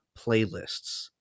playlists